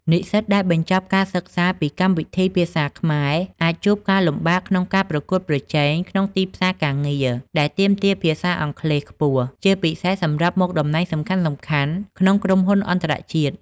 និស្សិតដែលបញ្ចប់ការសិក្សាពីកម្មវិធីភាសាខ្មែរអាចជួបការលំបាកក្នុងការប្រកួតប្រជែងក្នុងទីផ្សារការងារដែលទាមទារភាសាអង់គ្លេសខ្ពស់ ជាពិសេសសម្រាប់មុខតំណែងសំខាន់ៗក្នុងក្រុមហ៊ុនអន្តរជាតិ។